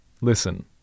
Listen